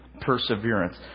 perseverance